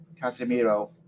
Casemiro